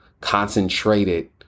concentrated